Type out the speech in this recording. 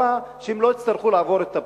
גבוהה והם לא יצטרכו לעבור את הבחינה.